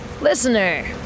Listener